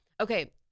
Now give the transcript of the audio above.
okay